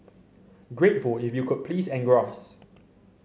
grateful if you could please engross